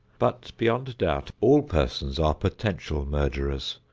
but, beyond doubt, all persons are potential murderers,